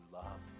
love